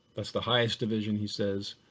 that's the highest division, he says,